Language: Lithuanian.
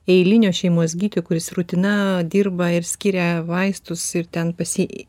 eilinio šeimos gydytojo kuris rutina dirba ir skiria vaistus ir ten pas jį